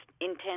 intense